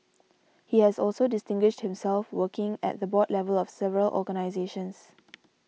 he has also distinguished himself working at the board level of several organisations